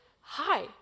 hi